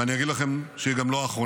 ואני אגיד לכם שהיא גם לא האחרונה,